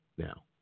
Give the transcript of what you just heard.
Now